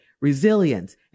resilience